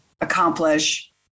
accomplish